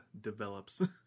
develops